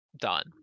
done